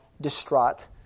distraught